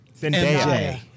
MJ